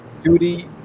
duty